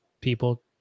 people